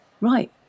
right